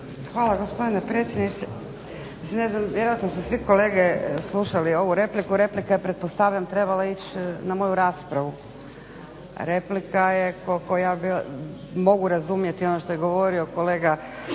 Hvala gospodine predsjedniče. Mislim ne znam, vjerojatno su svi kolege slušali ovu repliku, replika je pretpostavljam trebala ići na moju raspravu. Replika je koliko ja mogu razumjeti ono što je govorio kolega